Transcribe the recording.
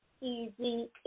easy